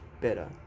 better